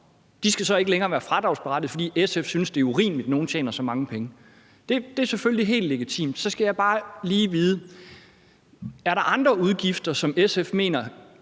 altså ikke længere være fradragsberettigede, altså fordi SF synes, det er urimeligt, at nogle tjener så mange penge. Det er selvfølgelig helt legitimt. Så skal jeg bare lige vide: Er der andre af de udgifter,